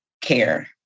care